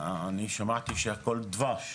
אני שמעתי שהכול דבש,